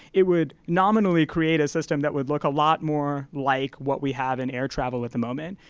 it would nominally create a system that would look a lot more like what we have in air travel at the moment.